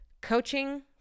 Coaching